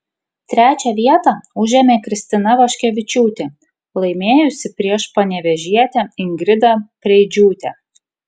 trečią vietą užėmė kristina vaškevičiūtė laimėjusi prieš panevėžietę ingridą preidžiūtę